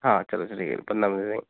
हाँ चलो चलिए पन्द्रह में दे देंगे